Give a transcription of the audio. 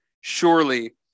Surely